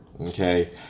Okay